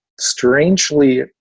strangely